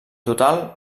total